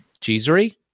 cheesery